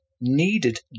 needed